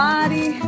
Body